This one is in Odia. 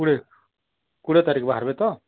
କୋଡ଼ିଏ କୋଡ଼ିଏ ତାରିଖ ବାହାରିବେ ତ